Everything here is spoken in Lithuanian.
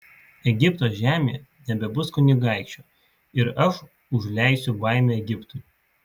egipto žemėje nebebus kunigaikščio ir aš užleisiu baimę egiptui